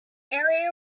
area